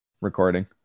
Recording